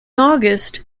august